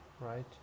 right